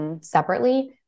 separately